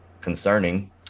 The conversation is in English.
concerning